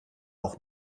auch